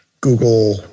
Google